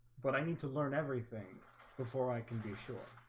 but i need to learn everything before i can be sure